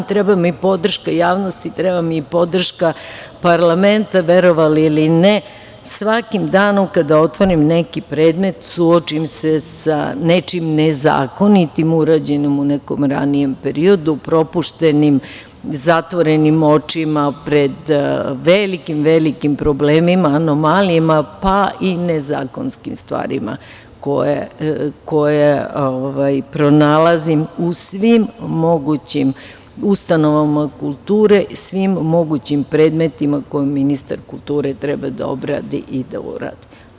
Treba mi podrška javnosti, treba mi i podrška parlamenta, verovali ili ne, svakim danom kada otvorim neki predmet suočim se sa nečim nezakonitim urađenim u nekom ranijem periodu, propuštenim, zatvorenim očima pred velikim, velikim problemima, anomalijama, pa i nezakonskim stvarima koje pronalazim u svim mogućim ustanovama kulture, svim mogućim predmetima koje ministar kulture treba da obradi i da uradi.